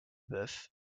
bœuf